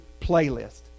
playlist